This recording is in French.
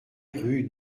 rue